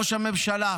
ראש הממשלה,